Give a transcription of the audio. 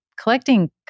collecting